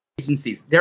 agencies